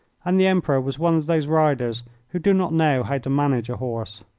and the emperor was one of those riders who do not know how to manage a horse.